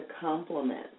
compliment